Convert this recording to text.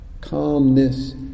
calmness